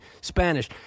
Spanish